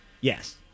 Yes